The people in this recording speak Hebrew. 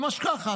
ממש ככה.